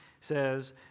says